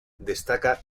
destaca